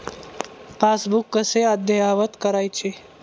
Passbook कसे अद्ययावत करायचे?